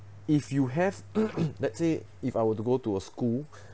if you have let say if I were to go to a school